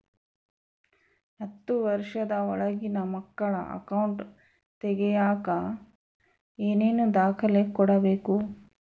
ಹತ್ತುವಷ೯ದ ಒಳಗಿನ ಮಕ್ಕಳ ಅಕೌಂಟ್ ತಗಿಯಾಕ ಏನೇನು ದಾಖಲೆ ಕೊಡಬೇಕು?